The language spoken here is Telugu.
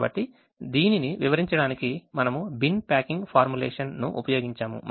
కాబట్టి దీనిని వివరించడానికి మనము బిన్ ప్యాకింగ్ ఫార్ములేషన్ ను ఉపయోగించాము